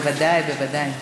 בוודאי, בוודאי.